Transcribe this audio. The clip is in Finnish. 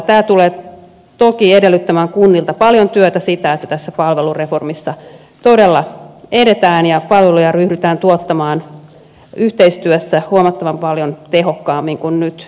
tämä tulee toki edellyttämään kunnilta paljon työtä sitä että tässä palvelureformissa todella edetään ja palveluja ryhdytään tuottamaan yhteistyössä huomattavan paljon tehokkaammin kuin nyt